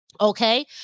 Okay